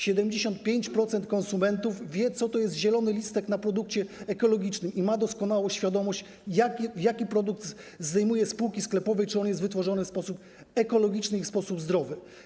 75% konsumentów wie, co to jest zielony listek na produkcie ekologicznym i ma doskonałą świadomość tego, jaki produkt zdejmuje z półki sklepowej, czy on jest wytworzony w sposób ekologiczny i zdrowy.